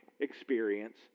experience